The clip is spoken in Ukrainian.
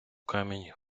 камінь